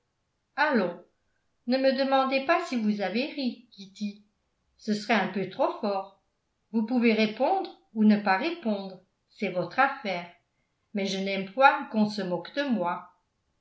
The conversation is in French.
allons ne me demandez pas si vous avez ri kitty ce serait un peu trop fort vous pouvez répondre ou ne pas répondre c'est votre affaire mais je n'aime point qu'on se moque de moi